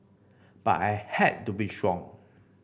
but I had to be strong